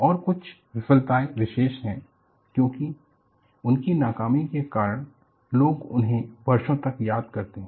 और कुछ विफलताएं विशेष हैं क्योंकि उनकी नाकामी के कारण लोग उन्हें वर्षों तक याद करते हैं